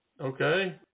okay